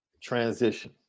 transition